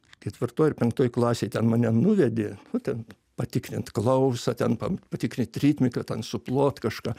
ketvirtoj ar penktoj klasėj ten mane nuvedė ten patikrint klausą ten patikrint ritmiką ten suplot kažką